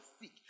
seek